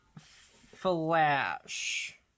Flash